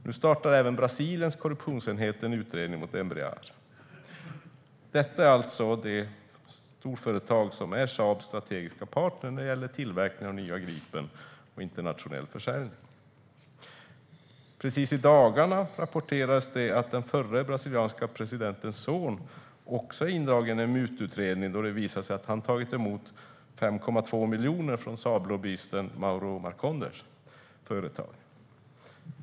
Nu startar även Brasiliens korruptionsenhet en utredning mot Embraer. Detta är alltså det storföretag som är Saabs strategiska partner när det gäller tillverkningen av nya Gripen och internationell försäljning. Precis i dagarna rapporterades det att den förre brasilianske presidentens son också är indragen i en mututredning, då det visat sig att han tagit emot 5,2 miljoner från Saablobbyisten Mauro Marcondes företag.